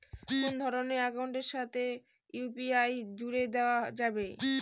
কোন ধরণের অ্যাকাউন্টের সাথে ইউ.পি.আই জুড়ে দেওয়া যাবে?